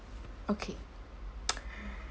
okay